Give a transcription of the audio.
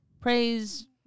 praise